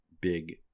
big